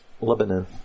Lebanon